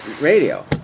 radio